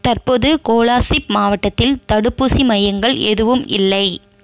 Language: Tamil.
தற்போது கோலாசிப் மாவட்டத்தில் தடுப்பூசி மையங்கள் எதுவும் இல்லை